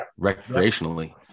recreationally